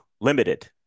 limited